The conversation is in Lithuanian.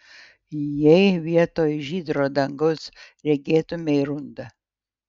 jei vietoj žydro dangaus regėtumei rudą